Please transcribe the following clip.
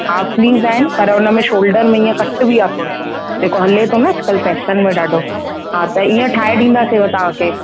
half sleeve आहिनि पर उन में शोल्डर में इएं कट बि आहे थोरो सो जेको हले थो न अॼुकल्ह फैशन में ॾाढो हा त ईअं ठाहे ॾींदासींव तव्हां खे